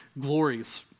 glories